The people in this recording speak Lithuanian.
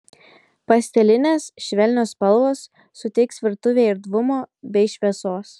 pastelinės švelnios spalvos suteiks virtuvei erdvumo bei šviesos